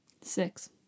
Six